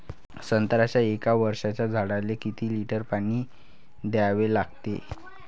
संत्र्याच्या एक वर्षाच्या झाडाले किती लिटर पाणी द्या लागते?